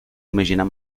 imaginar